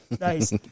Nice